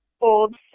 old